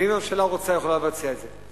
ואם הממשלה רוצה, היא יכולה לבצע את זה.